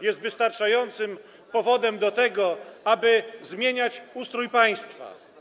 jest wystarczającym powodem, aby zmieniać ustrój państwa.